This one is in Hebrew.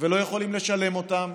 ולא יכולים לשלם אותן,